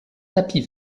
tapis